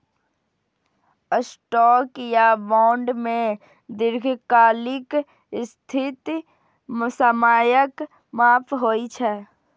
stock या bond मे दीर्घकालिक स्थिति समयक माप होइ छै